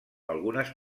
algunes